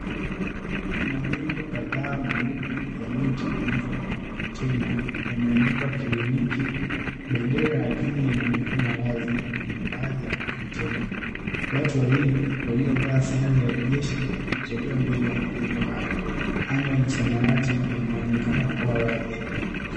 Majengo kadhaa meupe yaliyotengenezwa Kwa macontainer yameandikwa kliniki. Bendera ya Kenya imeonekana wazi kwenye baadhi ya macontainer .watu wawili waliovaa sare ya jeshi wanatembea mbele ya majengo hayo. Anga ni ya samawati na linaonekana kuwa wazi.